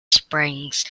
springs